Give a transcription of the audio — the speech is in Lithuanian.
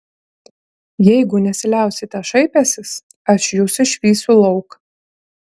jeigu nesiliausite šaipęsis aš jus išvysiu lauk